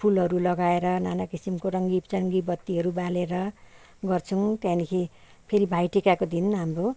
फुलहरू लगाएर नाना किसिमको रङ्गीचङ्गी बत्तीहरू बालेर गर्छौँ त्यहाँदेखि फेरि भाइ टिकाको दिन हाम्रो